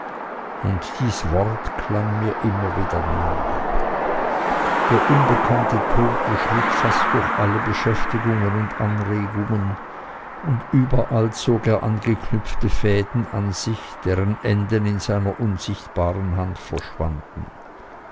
und dies wort klang mir immer wieder nach der unbekannte tote schritt fast durch alle beschäftigungen und anregungen und überall zog er angeknüpfte fäden an sich deren enden in seiner unsichtbaren hand verschwanden